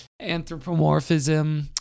anthropomorphism